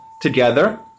together